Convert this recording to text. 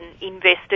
invested